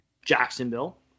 Jacksonville